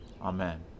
Amen